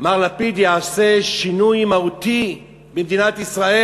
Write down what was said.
מר לפיד יעשה שינוי מהותי במדינת ישראל.